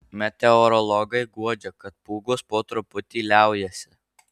meteorologai guodžia kad pūgos po truputį liaujasi